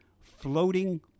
floating